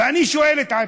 ואני שואל את עצמי: